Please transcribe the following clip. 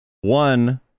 one